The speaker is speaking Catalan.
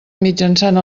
mitjançant